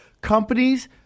companies